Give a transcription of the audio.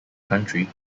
country